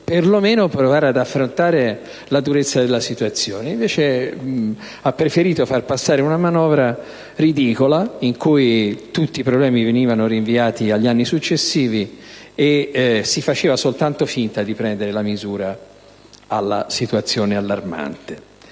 perlomeno provare ad affrontare la durezza della situazione. Invece, ha preferito far passare una manovra ridicola, in cui tutti i problemi venivano rinviati agli anni successivi, e si faceva soltanto finta di prendere la misura alla situazione allarmante.